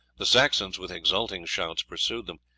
the saxons with exulting shouts pursued them,